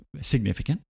significant